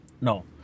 No